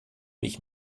mich